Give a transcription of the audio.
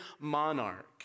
monarch